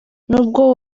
nubwo